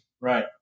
Right